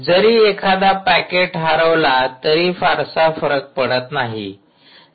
जरी एखादा पॅकेट हरवला तरी फारसा फरक पडत नाही